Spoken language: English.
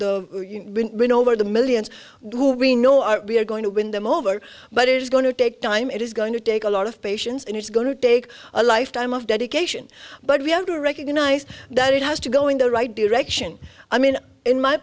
know over the millions who we know are we are going to win them over but it is going to take time it is going to take a lot of patience and it's going to take a lifetime of dedication but we have to recognize that it has to go in the right direction i mean in my